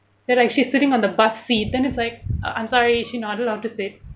then like she's sitting on the bus seat then it's like uh I'm sorry is she not allowed to sit